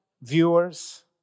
viewers